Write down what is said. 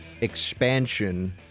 expansion